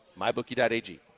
MyBookie.ag